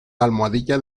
almohadilla